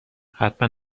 حتما